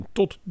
tot